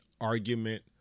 argument